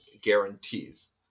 guarantees